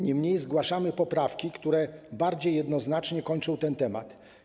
Niemniej jednak zgłaszamy poprawki, które bardziej jednoznacznie kończą ten temat.